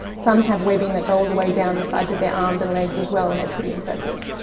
some have webbing that go all the way down the sides of their arms and legs as well, and they're pretty impressive.